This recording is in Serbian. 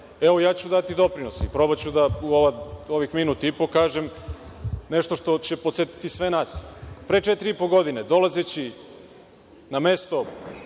ću dati doprinos i pokušaću da u ovih minut i po kažem nešto što će podsetiti sve nas. Pre četiri i po godine, dolazeći na mesto